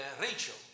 Rachel